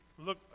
Look